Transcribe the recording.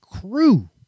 Crew